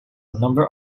number